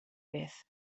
beth